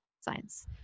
science